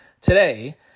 today